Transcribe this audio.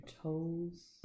toes